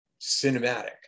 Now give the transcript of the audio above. cinematic